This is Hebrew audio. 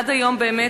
עד היום באמת,